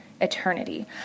eternity